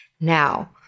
Now